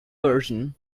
version